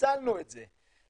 פיצלנו את זה.